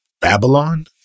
Babylon